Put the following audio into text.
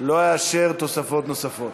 לא אאשר תוספות נוספות.